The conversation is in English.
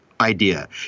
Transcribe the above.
Idea